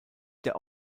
der